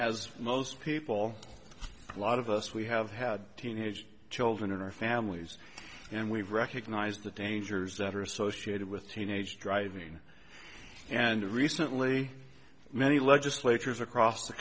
as most people a lot of us we have had teenage children in our families and we've recognized the dangers that are associated with teenage driving and recently many legislatures across the